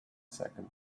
second